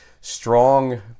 strong